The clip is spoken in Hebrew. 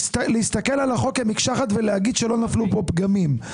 להסתכל על החוק כמקשה אחת ולהגיד שלא נפלו פה פגמים.